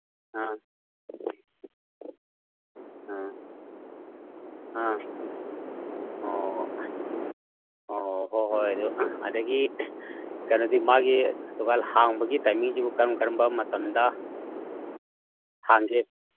ꯑꯥ ꯑꯥ ꯑꯥ ꯑꯣ ꯑꯣ ꯍꯣꯏ ꯍꯣꯏ ꯑꯗꯨ ꯑꯗꯒꯤ ꯀꯩꯅꯣꯗꯤ ꯃꯥꯒꯤ ꯗꯨꯀꯥꯟ ꯍꯥꯡꯕꯒꯤ ꯇꯥꯏꯃꯤꯡꯁꯤꯕꯨ ꯀꯔꯝ ꯀꯔꯝꯕ ꯃꯇꯝꯗ ꯍꯥꯡꯒꯦ